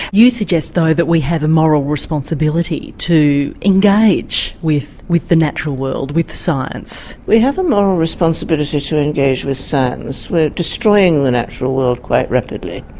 you suggest though that we have a moral responsibility to engage with with the natural world, with science. we have a moral responsibility to engage with science, we're destroying the natural world quite rapidly.